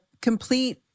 complete